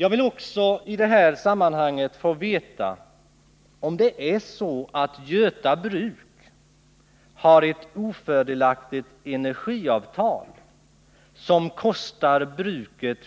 Jag önskar även i det här sammanhanget få veta om det är så att Göta bruk har ett ofördelaktigt energiavtal som kostar bruket